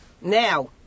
now